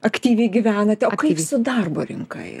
aktyviai gyvenate o kaip su darbo rinka yra